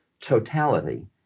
totality